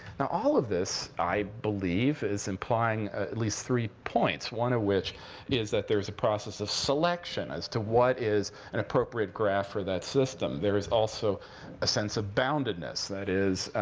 now, all of this, i believe, is implying at least three points, one of which is that there is a process of selection as to what is an appropriate graph for that system. there is also a sense of boundedness. that is,